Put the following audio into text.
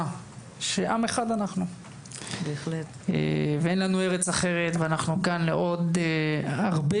שעם אחד אנחנו ואין לנו ארץ אחרת ואנחנו כאן לעוד הרבה